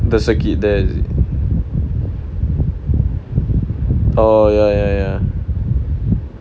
the circuit there is it oh ya ya ya